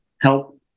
help